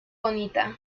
bonita